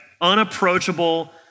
unapproachable